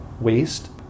waste